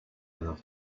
after